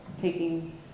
taking